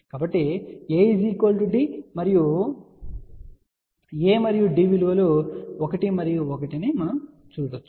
కాబట్టి A D A మరియు D విలువలు 1 మరియు 1 అని మీరు చూడవచ్చు